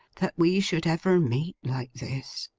that we should ever meet like this.